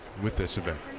with this event.